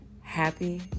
Happy